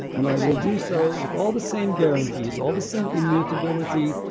and i will do so with all the same guarantees, all the same immutability,